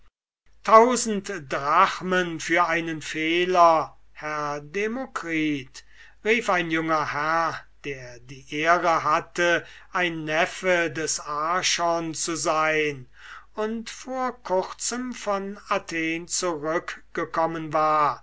tausend drachmen für einen fehler herr demokritus rief ein junger herr der die ehre hatte ein neffe des archon zu sein und vor kurzem von athen zurückgekommen war